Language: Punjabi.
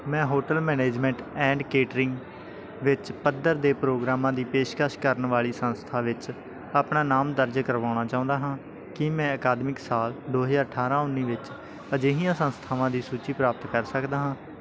ਮੈਂ ਹੋਟਲ ਮੈਨਜਮੈਂਟ ਐਂਡ ਕੇਟਰਿੰਗ ਵਿੱਚ ਪੱਧਰ ਦੇ ਪ੍ਰੋਗਰਾਮਾਂ ਦੀ ਪੇਸ਼ਕਸ਼ ਕਰਨ ਵਾਲੀ ਸੰਸਥਾ ਵਿੱਚ ਆਪਣਾ ਨਾਮ ਦਰਜ ਕਰਵਾਉਣਾ ਚਾਹੁੰਦਾ ਹਾਂ ਕੀ ਮੈਂ ਅਕਾਦਮਿਕ ਸਾਲ ਦੋ ਹਜ਼ਾਰ ਅਠਾਰ੍ਹਾਂ ਉੱਨੀ ਵਿੱਚ ਅਜਿਹੀਆਂ ਸੰਸਥਾਵਾਂ ਦੀ ਸੂਚੀ ਪ੍ਰਾਪਤ ਕਰ ਸਕਦਾ ਹਾਂ